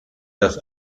das